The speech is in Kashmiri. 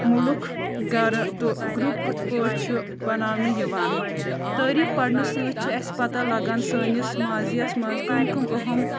مُلُکھ گَرٕ تہٕ گرُپ کِتھ پٲٹھۍ چھِ بَناونہٕ یِوان تٲریٖخ پَرنہٕ سۭتۍ چھِ اَسہِ پَتہ لَگان سٲنِس مازِیَس منٛز کَم کَم اَہَم